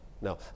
no